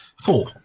Four